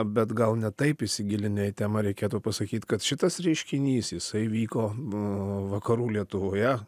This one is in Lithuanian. bet gal ne taip įsigilinę į temą reikėtų pasakyt kad šitas reiškinys jisai vyko vakarų lietuvoje